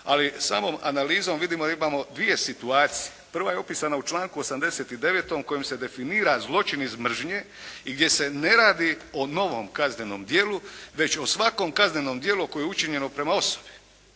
ali samom analizom vidimo da imamo dvije situacije. Prva je opisana u članku 89. kojim se definira zločin iz mržnje i gdje se ne radi o novom kaznenom djelu već o svakom kaznenom djelu koje je učinjeno prema osobi.